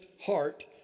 heart